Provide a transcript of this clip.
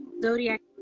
zodiac